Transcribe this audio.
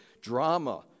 drama